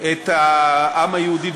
את העם היהודי,